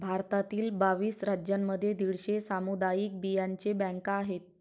भारतातील बावीस राज्यांमध्ये दीडशे सामुदायिक बियांचे बँका आहेत